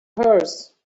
hers